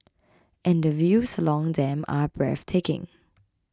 and the views along them are breathtaking